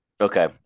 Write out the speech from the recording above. Okay